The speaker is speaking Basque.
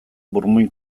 burmuin